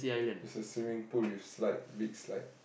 it's a swimming pool with slide big slide